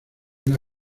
una